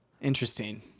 interesting